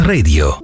Radio